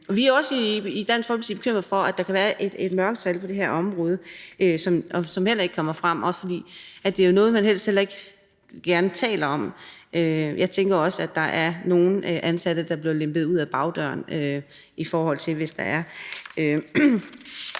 Vi er også i Dansk Folkeparti bekymrede for, at der kan være et mørketal på det her område, og det kommer heller ikke frem, for det er jo noget, man helst ikke gerne taler om, og jeg tænker her på, at der er nogle ansatte, der bliver lempet ud ad bagdøren, hvis det er.